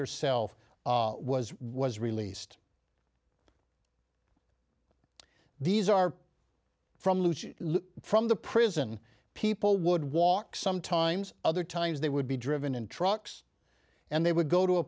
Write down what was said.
herself was was released these are from from the prison people would walk sometimes other times they would be driven in trucks and they would go to a